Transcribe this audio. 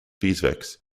beeswax